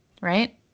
right